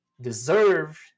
deserve